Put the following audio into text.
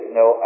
no